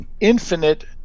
infinite